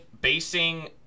basing